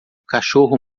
cachorro